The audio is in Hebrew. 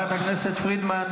חברת הכנסת פרידמן,